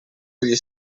degli